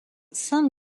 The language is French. saint